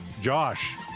Josh